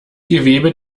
gewebe